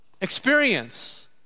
experience